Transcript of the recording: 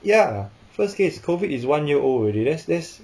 ya first case COVID is one year old already that's that's